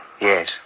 Yes